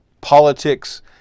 politics